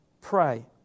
pray